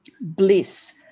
Bliss